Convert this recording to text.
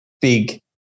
big